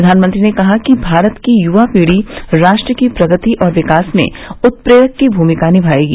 प्रधानमंत्री ने कहा कि भारत की युवा पीढ़ी राष्ट्र की प्रगति और विकास में उत्पेरक की भूमिका निभाएगी